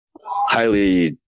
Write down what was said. highly